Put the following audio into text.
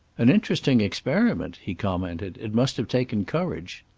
an interesting experiment, he commented. it must have taken courage.